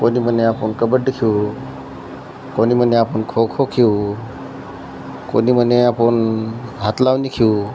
कोणी म्हणे आपण कबड्डी खेळू कोणी म्हणे आपण खो खो खेळू कोणी म्हणे आपण हातलावणी खेळू